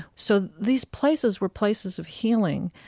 so these places were places of healing,